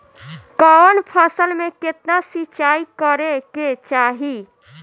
कवन फसल में केतना सिंचाई करेके चाही?